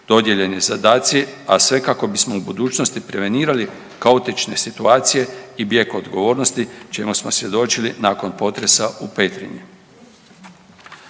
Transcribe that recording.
dodijeljeni zadaci, a sve kako bismo u budućnosti prevenirali kaotične situacije i bijeg od odgovornosti čime smo svjedočili nakon potresa u Petrinju.